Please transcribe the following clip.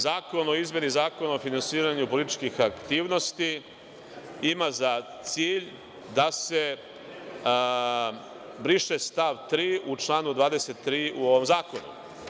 Zakon o izmeni Zakona o finansiranju političkih aktivnosti ima za cilj da se briše stav 3. u članu 23. u ovom zakonu.